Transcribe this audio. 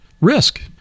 Risk